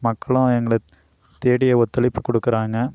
மக்களும் எங்களை தேடியே ஒத்துழைப்பு கொடுக்குறாங்க